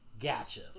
Gotcha